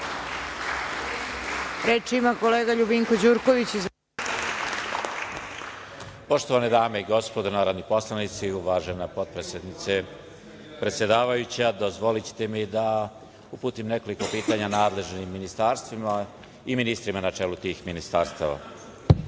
**Ljubinko Đurković** Poštovane dame i gospodo, narodni poslanici, uvažena potpredsednice predsedavajuća, dozvolite mi da uputim nekoliko pitanja nadležnim ministarstvima i ministrima ne čelu tih ministarstava. Pitanje